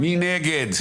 מי נגד?